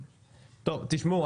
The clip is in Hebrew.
תשמעו,